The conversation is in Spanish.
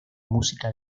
música